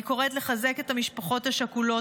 אני קוראת לחזק את המשפחות השכולות,